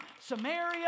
Samaria